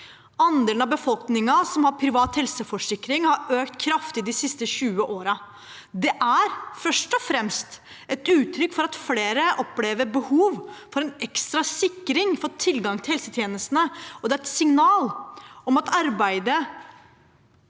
Andelen av befolkningen som har privat helseforsikring, har økt kraftig de siste 20 årene. Det er først og fremst et uttrykk for at flere opplever behov for en ekstra sikring for å få tilgang til helsetjenestene, og det er et signal om at arbeidet